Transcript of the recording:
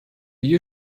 you